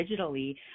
digitally